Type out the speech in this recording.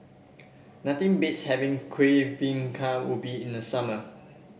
nothing beats having Kuih Bingka Ubi in the summer